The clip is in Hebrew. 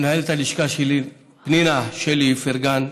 למנהלת הלשכה שלי מירה שלי איפרגן,